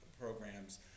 programs